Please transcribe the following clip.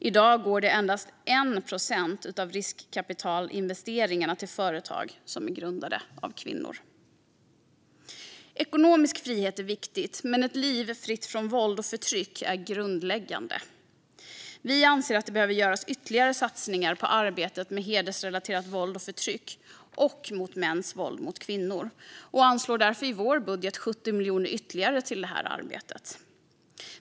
I dag går endast 1 procent av riskkapitalinvesteringarna till företag som är grundade av kvinnor. Ekonomisk frihet är viktigt, men ett liv fritt från våld och förtryck är grundläggande. Vi anser att det behöver göras ytterligare satsningar på arbetet mot hedersrelaterat våld och förtryck och mot mäns våld mot kvinnor och anslår därför i vår budget 70 miljoner ytterligare till det arbetet.